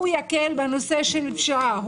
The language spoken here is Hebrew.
הוא יקל בנושא של פשיעה,